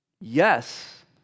Yes